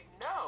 no